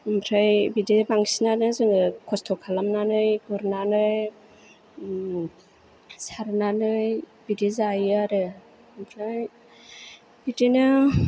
ओमफ्राय बिदिनो बांसिनानो जोङो खस्थ' खालामनानै गुरनानै सारनानै बिदि जायो आरो ओमफ्राय बिदिनो